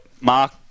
Mark